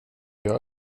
jag